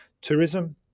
tourism